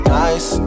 nice